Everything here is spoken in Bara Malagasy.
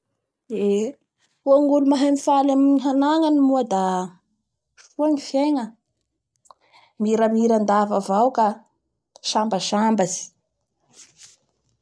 Eeee ho an'olo mahay mifaly amin'ny hananany moa da soa ny fiegna, miramirandava avao ka samabasambatsy